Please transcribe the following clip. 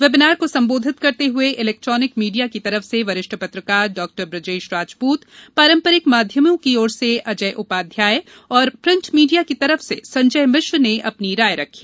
webinar को संबोधित करते हुए इलेक्ट्रानिक मीडिया की तरफ से वरिष्ठ पत्रकार डॉ ब्रजेश राजपूत पारंपरिक माध्यमों की ओर से अजय उपाध्याय और प्रिन्ट मीडिया की तरफ से संजय मिश्र ने अपनी राय रखी